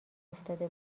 افتاده